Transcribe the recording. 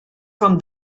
from